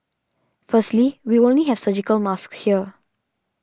firstly we only have surgical masks here